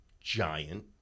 giant